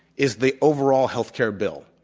is the overall healthcare bill.